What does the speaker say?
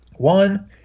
One